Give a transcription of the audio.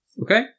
Okay